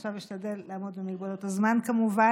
עכשיו אני אשתדל לעמוד במסגרת הזמן, כמובן.